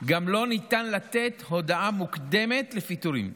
גם לא ניתן לתת הודעה מוקדמת על פיטורים.